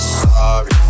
sorry